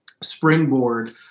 springboard